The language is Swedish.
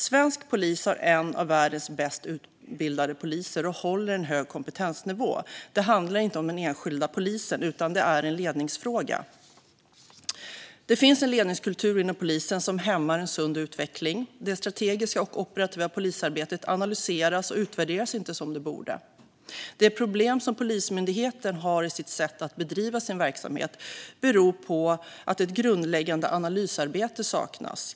Svensk polis har en av världens bäst utbildade poliskårer och håller en hög kompetensnivå. Det handlar inte om den enskilda polisen, utan det är en ledningsfråga. Det finns en ledningskultur inom polisen som hämmar en sund utveckling. Det strategiska och operativa polisarbetet analyseras och utvärderas inte som det borde. De problem som Polismyndigheten har i sitt sätt att bedriva sin verksamhet beror på att ett grundläggande analysarbete saknas.